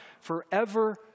forever